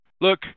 Look